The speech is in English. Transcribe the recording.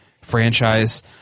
franchise